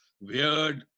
weird